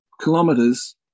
kilometers